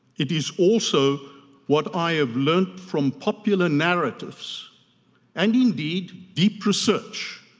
it is also what i have learnt from popular narratives and indeed deep research